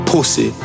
Pussy